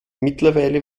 mittlerweile